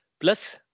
plus